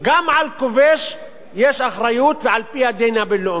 גם על כובש יש אחריות על-פי הדין הבין-לאומי.